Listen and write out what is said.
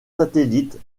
satellites